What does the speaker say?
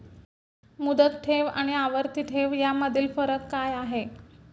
मुदत ठेव आणि आवर्ती ठेव यामधील फरक काय आहे?